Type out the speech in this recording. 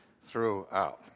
throughout